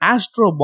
Astro